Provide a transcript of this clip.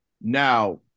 Now